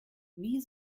wie